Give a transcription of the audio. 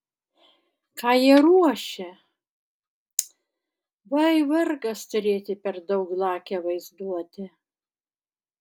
ką jie ruošia vai vargas turėti per daug lakią vaizduotę